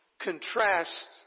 Contrasts